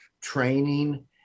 training